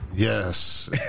Yes